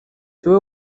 siwe